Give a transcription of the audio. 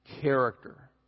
character